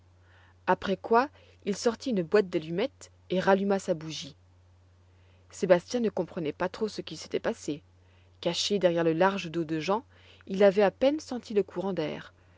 après quoi il sortit une boîte d'allumettes et ralluma sa bougie sébastien ne comprenait pas trop ce qui s'était passé caché derrière le large dos de jean il avait à peine senti le courant d'air